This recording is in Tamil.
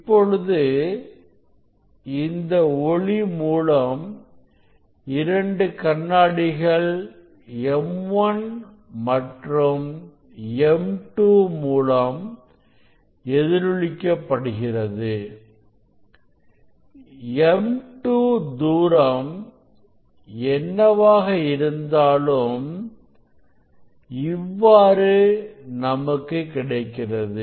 இப்பொழுது இந்த ஒளி மூலம் இரண்டு கண்ணாடிகள் M 1 மற்றும் M2 மூலம்எதிரொலிக்க படுகிறது M2 தூரம் என்னவாக இருந்தாலும் இவ்வாறு நமக்கு கிடைக்கிறது